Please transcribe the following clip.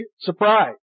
surprise